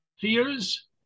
fears